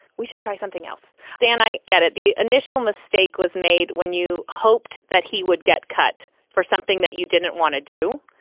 we should try something else. dan, i get it. the initial mistake was made when you hoped that he would get cut for something that you didn't want to do,